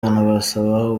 anabasaba